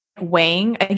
weighing